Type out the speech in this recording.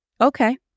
Okay